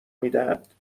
میدهد